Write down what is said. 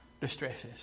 distresses